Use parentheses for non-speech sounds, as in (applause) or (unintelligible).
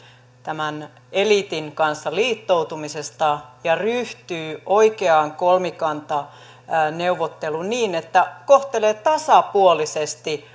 tämän eliitin kanssa liittoutumisesta ja ryhtyy oikeaan kolmikantaneuvotteluun niin että kohtelee tasapuolisesti (unintelligible)